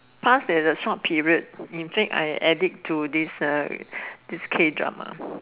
pass as a short period in fact I addict to this uh K drama